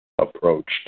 approached